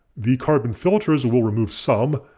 the carbon filters will remove some,